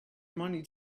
money